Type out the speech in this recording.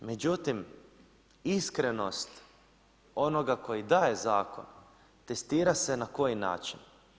Međutim, iskrenost onoga koji daje zakon testira se na koji način?